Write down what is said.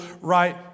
right